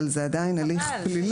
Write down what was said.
אבל זה עדיין הליך פלילי.